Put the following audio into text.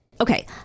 Okay